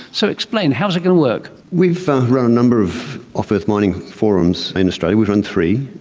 so explain, how is it going to work? we've run a number of off-earth mining forums in australia, we've run three,